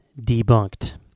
debunked